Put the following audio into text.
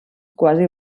quasi